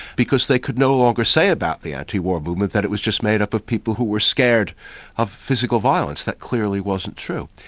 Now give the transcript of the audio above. because they could no longer say about the anti-war movement that it was just made up of people who were scared of physical violence that clearly wasn't true.